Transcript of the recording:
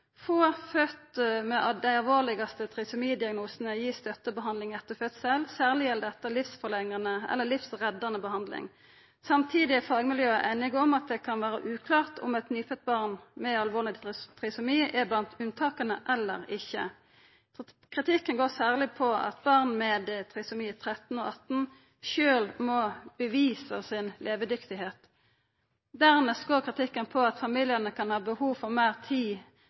Få fødde med dei alvorlegaste trisomi-diagnosane vert gjevne støttebehandling etter fødsel – særleg gjeld dette livsforlengande eller livreddande behandling. Samtidig er fagmiljøa einige om at det kan vera uklart om eit nyfødd barn med alvorleg trisomi er blant unntaka eller ikkje. Kritikken går særleg på at barn med trisomi 13 eller trisomi 18 sjølve må bevisa si levedyktigheit. Dernest går kritikken på at familiane kan ha behov for meir tid